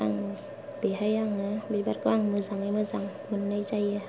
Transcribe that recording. आं बेहाय आङो बिबारखौ आं मोजाङै मोजां मोननाय जायो